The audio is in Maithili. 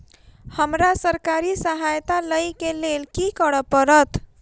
हमरा सरकारी सहायता लई केँ लेल की करऽ पड़त?